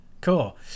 cool